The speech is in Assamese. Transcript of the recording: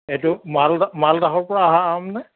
এইটো মালদাহৰ পৰা অহা আম নে